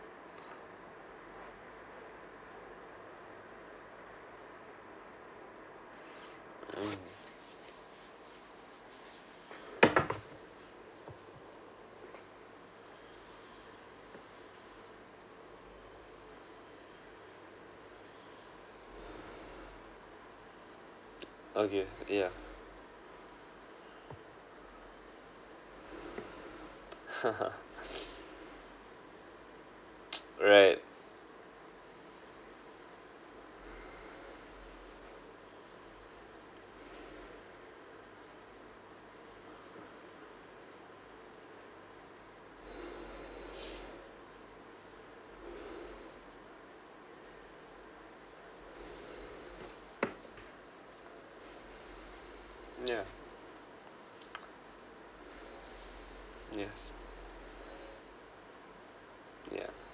mm okay yeah yeah yes yeah